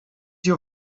your